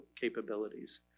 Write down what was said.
capabilities